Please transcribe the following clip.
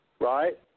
right